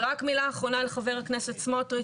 ורק מילה אחרונה לח"כ סמוטריץ',